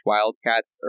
Wildcats